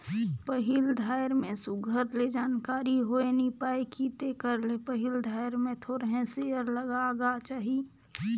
पहिल धाएर में सुग्घर ले जानकारी होए नी पाए कि तेकर ले पहिल धाएर में थोरहें सेयर लगागा चाही